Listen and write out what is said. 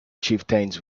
chieftains